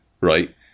right